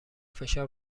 فشار